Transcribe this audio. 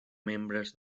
membres